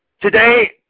Today